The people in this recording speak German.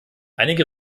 einige